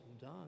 done